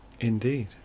Indeed